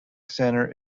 centre